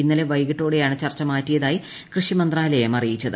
ഇന്നലെ വൈകിട്ടോടെയാണ് ചർച്ച മാറ്റിയതായി കൃഷിമന്ത്രാലയം അറിയിച്ചത്